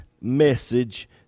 message